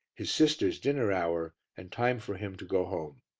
his sister's dinner-hour and time for him to go home.